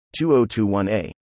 2021a